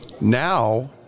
Now